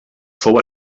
fou